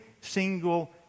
single